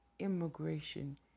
immigration